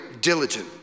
diligent